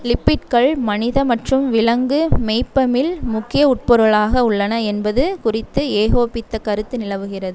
லிபிட்கள் மனித மற்றும் விலங்கு மெய்ப்பமில் முக்கிய உட்பொருளாக உள்ளன என்பது குறித்து ஏகோபித்த கருத்து நிலவுகிற